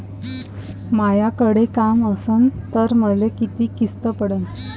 मायाकडे काम असन तर मले किती किस्त पडन?